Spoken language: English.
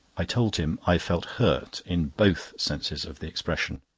i told him i felt hurt, in both senses of the expression.